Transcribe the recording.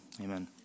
Amen